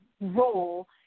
role